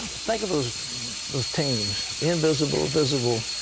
think of those those teams, invisible, visible.